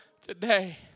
today